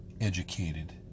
educated